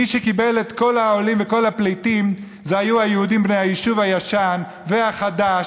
מי שקיבל את כל העולים וכל הפליטים היו היהודים בני היישוב הישן והחדש,